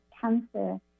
cancer